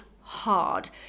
hard